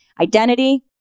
identity